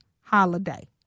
holiday